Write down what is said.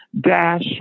dash